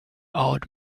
old